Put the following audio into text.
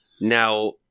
Now